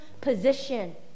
position